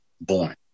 born